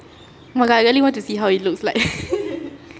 oh my god I really want to see how he looks like